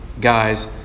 guys